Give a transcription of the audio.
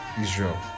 Israel